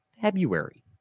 February